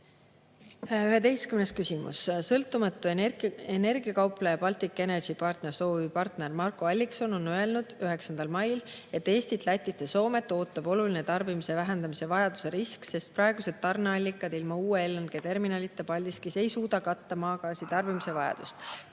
küsimus: "Sõltumatu energiakaupleja Baltic Energy Partners OÜ partner Marko Allikson on öelnud 9. mail Ärilehele, et Eestit, Lätit ja Soomet ootab oluline tarbimise vähendamise vajaduse risk, sest praegused tarneallikad ilma uue LNG-terminalita Paldiskis ei suuda katta maagaasi tarbimise vajadust.